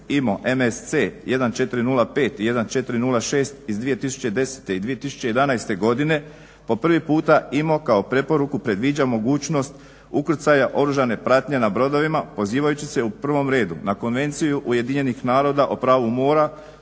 IMO MSC 1405 i 1406 iz 2010. i 2011. godine po prvi puta IMO kao preporuku predviđa mogućnost ukrcaja oružane pratnje na brodovima pozivajući se u prvom redu na Konvenciju Ujedinjenih naroda o pravu mora